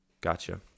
Gotcha